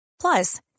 Plus